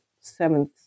seventh